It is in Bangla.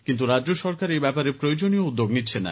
কিন্তু রাজ্য সরকার এব্যাপারে প্রয়োজনীয় উদ্যোগ নিচ্ছেনা